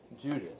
Judas